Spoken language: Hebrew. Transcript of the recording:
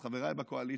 אז חבריי בקואליציה,